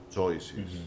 choices